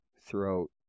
throughout